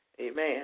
Amen